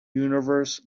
universe